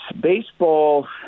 baseball